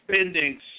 spending